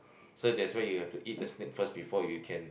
so that's why you have to eat the snake first before you can